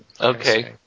Okay